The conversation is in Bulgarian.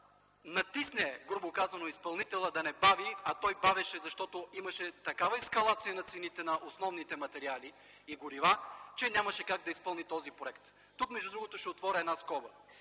натисне, грубо казано, изпълнителя да не бави, а той бавеше, защото имаше такава ескалация на цените на основните материали и горива, че нямаше как да изпълни този проект. Тук, между другото, ще отворя една скоба.